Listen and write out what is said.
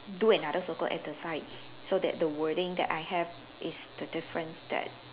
do another circle at the side so that the wording that I have is the difference that